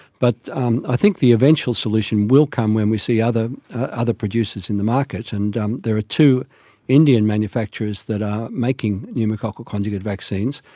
but um i think the eventual solution will come when we see other other producers in the market, and um there are two indian manufacturers that are making pneumococcal conjugate vaccines.